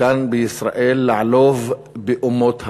כאן בישראל לעלוב באומות העולם?